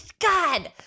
God